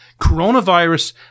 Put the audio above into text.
Coronavirus